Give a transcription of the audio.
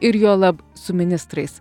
ir juolab su ministrais